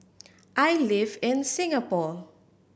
I live in Singapore